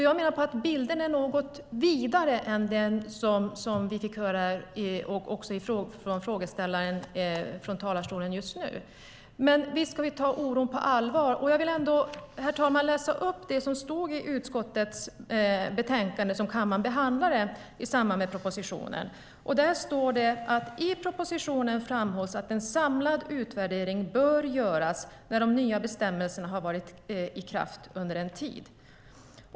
Jag menar att bilden är något vidare än vad frågeställaren vill göra gällande. Men visst ska vi ta oron på allvar. Jag vill läsa upp vad som stod i det utskottsbetänkande som kammaren behandlade i samband med propositionen. Där står att i propositionen framhålls att en samlad utvärdering bör göras när de nya bestämmelserna har varit i kraft under en tid.